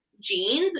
jeans